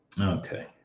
Okay